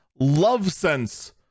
LoveSense